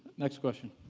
next question.